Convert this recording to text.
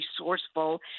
resourceful